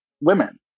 women